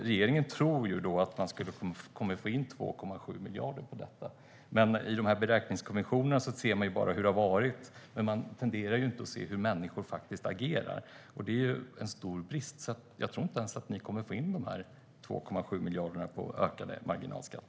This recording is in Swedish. Regeringen tror att man kommer att få in 2,7 miljarder på detta, men i beräkningarna ser man bara hur det har varit och inte hur människor faktiskt agerar. Det är en stor brist. Jag tror inte att ni kommer att få in de där 2,7 miljarderna på ökad marginalskatt.